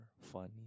funny